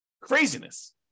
Craziness